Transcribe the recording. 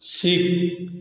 ଶିଖ